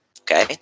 okay